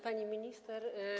Pani Minister!